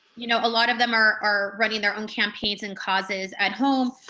you know a lot of them are are running their own campaigns and causes at home.